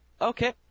Okay